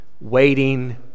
waiting